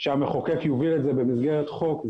שהמחוקק יוביל את זה במסגרת חוק,